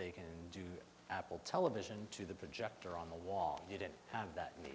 they can do apple television to the projector on the wall you don't have that need